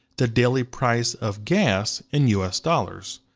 the daily price of gas in u s. dollars.